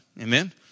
Amen